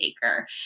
taker